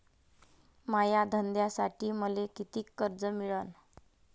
माया धंद्यासाठी मले कितीक कर्ज मिळनं?